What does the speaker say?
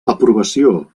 aprovació